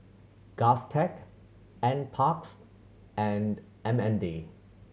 GovTech Nparks and M N D